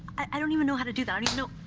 i don't even know how to do that you know